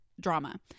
drama